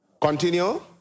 Continue